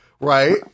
right